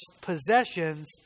possessions